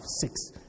six